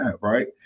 Right